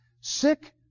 Sick